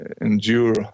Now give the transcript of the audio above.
endure